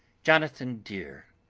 jonathan dear,